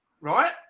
right